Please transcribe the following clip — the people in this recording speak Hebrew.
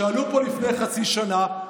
שעלו פה לפני חצי שנה.